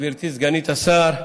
גברתי סגנית השר,